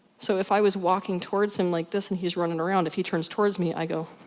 so, if i was walking towards him like this, and he's running around if he turns towards me, i go